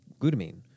glutamine